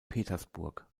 petersburg